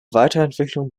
weiterentwicklung